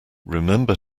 remember